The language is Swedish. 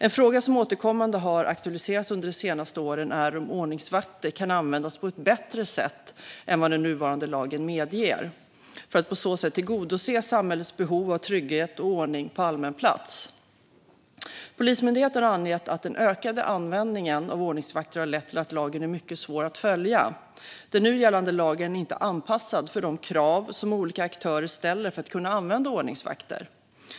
En fråga som återkommande har aktualiserats under de senaste åren är om ordningsvakter kan användas på ett bättre sätt än vad den nuvarande lagen medger för att på så sätt tillgodose samhällets behov av trygghet och ordning på allmän plats. Polismyndigheten har angett att den ökade användningen av ordningsvakter har lett till att lagen är mycket svår att följa. Den nu gällande lagen är inte anpassad för de krav som olika aktörer ställer för att kunna använda ordningsvakter.